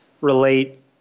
relate